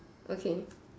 okay